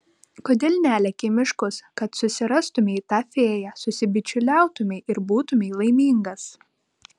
kodėl neleki į miškus kad susirastumei tą fėją susibičiuliautumei ir būtumei laimingas